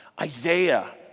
Isaiah